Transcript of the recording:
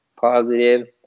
positive